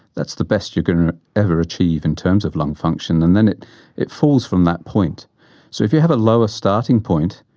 that's the best you're going to ever achieve in terms of lung function and then it it falls from that point. so if you have a lower starting point,